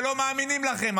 ולא מאמינים לכם.